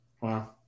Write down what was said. Wow